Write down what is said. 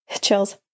chills